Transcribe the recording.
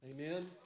Amen